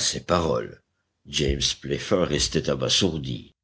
ces paroles james playfair restait abasourdi